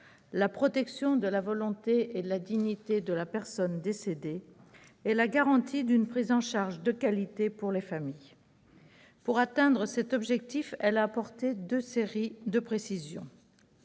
la protection de la volonté et de la dignité de la personne décédée et la garantie d'une prise en charge de qualité pour les familles. Pour atteindre cet objectif, elle a apporté deux séries de précisions.